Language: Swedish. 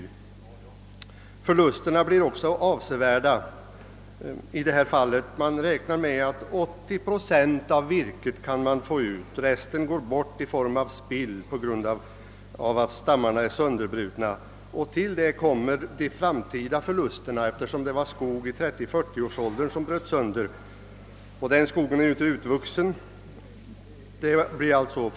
Förlusterna blir också avsevärda i detta fall. Man räknar med att man kan få ut 80 procent av virket, resten går bort i form av spill på grund av att stammarna är sönderbrutna. Därtill kommer de framtida förlusterna, eftersom det var skog i 30—40-årsåldern som bröts sönder. Den skogen är ju inte utvuxen.